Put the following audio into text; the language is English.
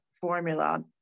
formula